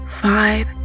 five